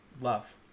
love